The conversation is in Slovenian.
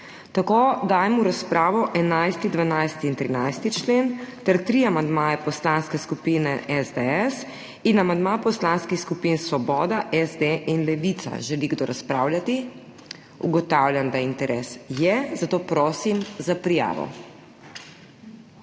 Tako dajem v razpravo 11., 12. in 13. člen ter tri amandmaje Poslanske skupine SDS in amandma Poslanskih skupin Svoboda, SD in Levica. Želi kdo razpravljati? Ugotavljam, da interes je, zato prosim za prijavo.